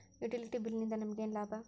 Utility bill ನಿಂದ್ ನಮಗೇನ ಲಾಭಾ?